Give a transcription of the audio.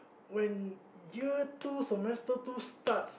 when year two semester two starts